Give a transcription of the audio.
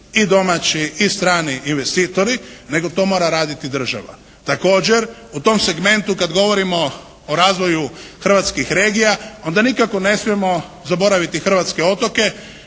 i domaći i strani investitori nego to mora raditi država. Također u tom segmentu kad govorimo o razvoju hrvatskih regija onda nikako ne smijemo zaboraviti hrvatske otoke